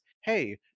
hey